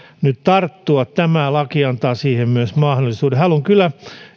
nyt tarttua tämä laki antaa siihen mahdollisuuden haluan kyllä